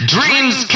Dreams